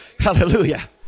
Hallelujah